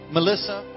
Melissa